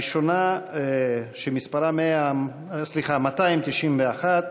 הראשונה, שמספרה 291,